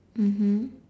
mmhmm